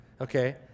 okay